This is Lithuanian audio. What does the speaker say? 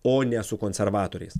o ne su konservatoriais